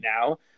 now